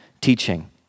teaching